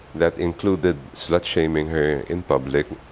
that included slut-shaming her in public,